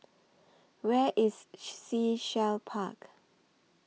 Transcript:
Where IS Sea Shell Park